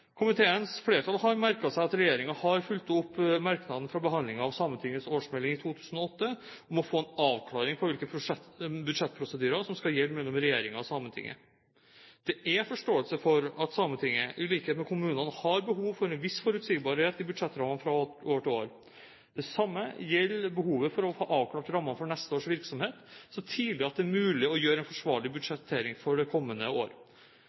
Komiteens flertall har merket seg at regjeringen har fulgt opp merknadene fra behandlingen av Sametingets årsmelding i 2008 om å få en avklaring på hvilke budsjettprosedyrer som skal gjelde mellom regjeringen og Sametinget. Det er forståelse for at Sametinget i likhet med kommunene har behov for en viss forutsigbarhet i budsjettrammene fra år til år. Det samme gjelder behovet for å få avklart rammene for neste års virksomhet så tidlig at det er mulig å gjøre en forsvarlig budsjettering for det kommende år.